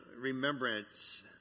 remembrance